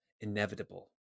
inevitable